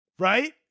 Right